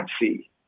see